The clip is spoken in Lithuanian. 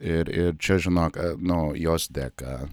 ir ir čia žinok nuo jos dėka